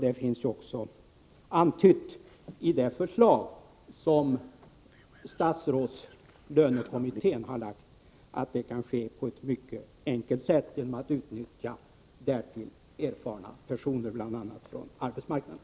Det finns också antytt i det förslag som statsrådslönekommittén har lagt fram att det kan ske genom att utnyttja personer med erfarenhet från bl.a. arbetsmarknaden.